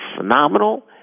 phenomenal